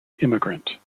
immigrant